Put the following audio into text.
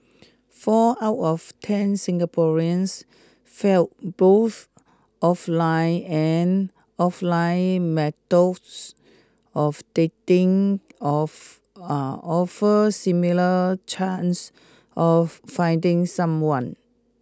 four out of ten Singaporeans felt both offline and offline methods of dating of offered similar chances of finding someone